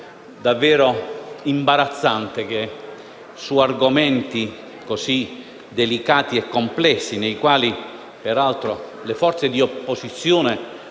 davvero imbarazzante che su argomenti così delicati e complessi, durante l'esame dei quali le forze di opposizione